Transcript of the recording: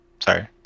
Sorry